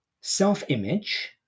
self-image